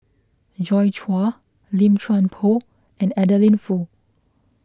Joi Chua Lim Chuan Poh and Adeline Foo